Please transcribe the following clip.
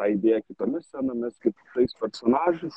tą idėją kitomis scenomis kitais personažais